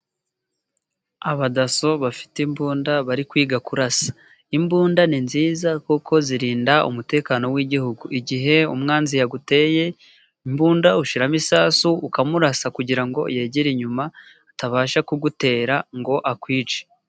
Abadaso bafite imbunda bari kwiga kurasa. Imbunda ni nziza kuko zirinda umutekano w'igihugu，igihe umwanzi yaguteye，imbunda ushyiramo isasu ukamurasa， kugira ngo yegere inyuma， atabasha kugutera ngo akwice.